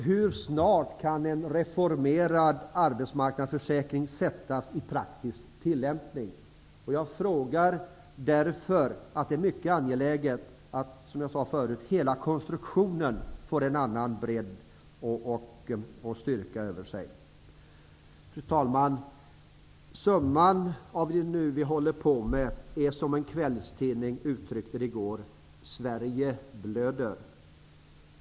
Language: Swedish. Hur snart kan en reformerad arbetsmarknadsförsäkring sättas i praktisk tillämpning? Jag frågar därför att det är mycket angeläget att konstruktionen får en annan bredd och styrka. Fru talman! Summan av det vi nu håller på med är, som en kvällstidning uttryckte det i går, att Sverige blöder.